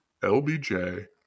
LBJ